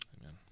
Amen